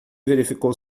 verificou